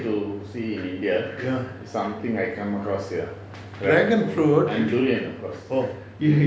ya dragon fruit